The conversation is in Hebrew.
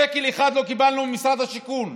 שקל אחד לא קיבלנו ממשרד השיכון,